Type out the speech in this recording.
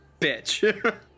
bitch